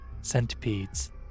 centipedes